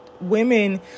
women